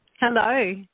Hello